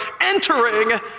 entering